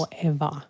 forever